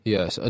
Yes